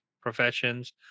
professions